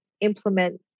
implement